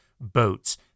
boats